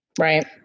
Right